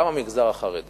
גם המגזר החרדי